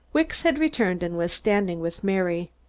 wicks had returned and was standing with mary.